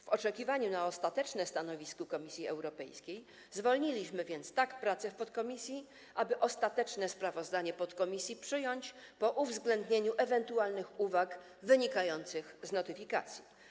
W oczekiwaniu na ostateczne stanowisko Komisji Europejskiej zwolniliśmy więc pracę w podkomisji, tak aby ostateczne sprawozdanie podkomisji przyjąć po uwzględnieniu ewentualnych uwag wynikających z notyfikacji.